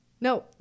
No